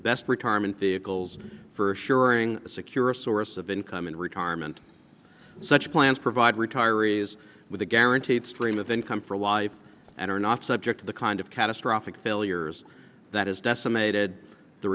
best retirement vehicles for assuring a secure a source of income in retirement such plans provide retirees with a guaranteed stream of income for life and are not subject to the kind of catastrophic failures that has decimated the